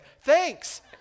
thanks